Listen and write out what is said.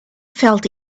felt